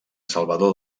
salvador